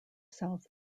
south